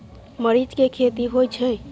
मरीच के खेती होय छय?